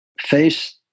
face